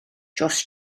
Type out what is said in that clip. dros